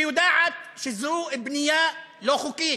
שיודעת שזו בנייה לא חוקית,